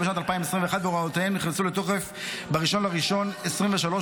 בשנת 2021 והוראותיהם נכנסו לתוקף ב-1 בינואר 2023,